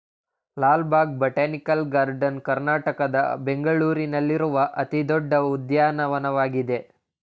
Lal Bagh botanical garden ಕರ್ನಾಟಕದ ಬೆಂಗಳೂರಿನಲ್ಲಿರುವ ಅತಿ ದೊಡ್ಡ ಉದ್ಯಾನವನವಾಗಿದೆ